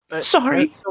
Sorry